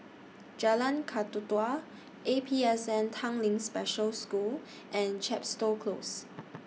Jalan Kakatua A P S N Tanglin Special School and Chepstow Close